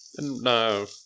No